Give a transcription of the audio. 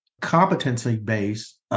competency-based